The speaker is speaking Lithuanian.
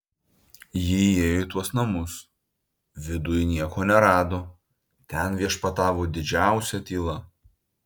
ji įėjo į tuos namus viduj nieko nerado ten viešpatavo didžiausia tyla